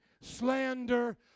slander